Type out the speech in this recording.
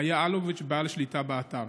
היה אלוביץ' בעל השליטה באתר